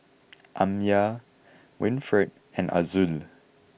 Amya Winfred and Azul